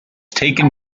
taken